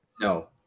No